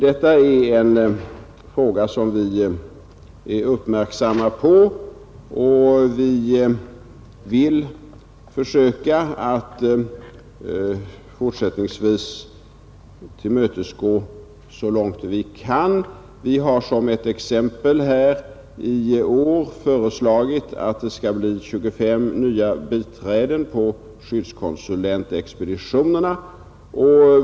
Detta är en fråga som vi har uppmärksamheten på, och vi vill fortsättningsvis försöka att så långt vi kan tillmötesgå önskemålen. Vi har t.ex. i år föreslagit 25 nya biträden på skyddskonsulentexpeditionerna.